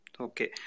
Okay